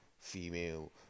female